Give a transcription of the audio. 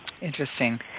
Interesting